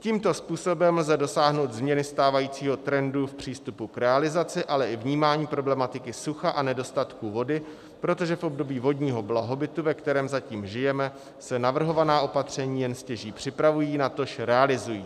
Tímto způsobem lze dosáhnout změny stávajícího trendu v přístupu k realizaci, ale i vnímání problematiky sucha a nedostatku vody, protože v období vodního blahobytu, ve kterém zatím žijeme, se navrhovaná opatření jen stěží připravují, natož realizují.